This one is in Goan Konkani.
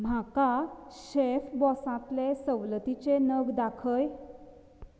म्हाका शेफबॉसांतले सवलतीचे नग दाखय